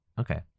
Okay